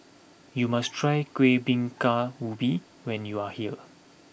you must try Kueh Bingka Ubi when you are here